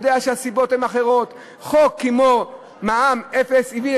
שהסיבות הן אחרות: חוק כמו מע"מ אפס הביא,